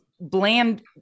bland